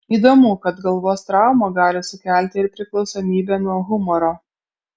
įdomu kad galvos trauma gali sukelti ir priklausomybę nuo humoro